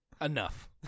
enough